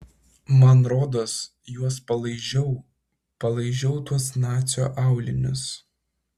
man rodos juos palaižiau palaižiau tuos nacio aulinius